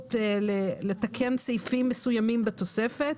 סמכות לתקן סעיפים מסוימים בתוספת.